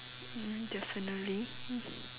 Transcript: ya definitely